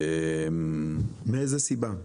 מאיזו סיבה?